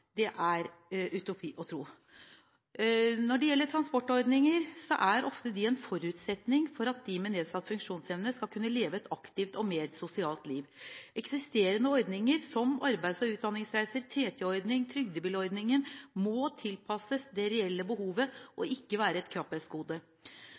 – er utopi. Når det gjelder transportordninger, er de ofte en forutsetning for at de med nedsatt funksjonsevne skal kunne leve et aktivt og mer sosialt liv. Eksisterende ordninger som arbeids- og utdanningsreiser, TT-ordningen og trygdebilordningen må tilpasses det reelle behovet og